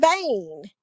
vain